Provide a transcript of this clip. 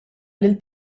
lill